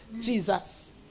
Jesus